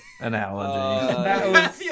analogy